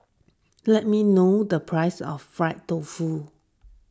let me know the price of Fried Tofu